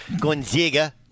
Gonzaga